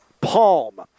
Palm